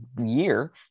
year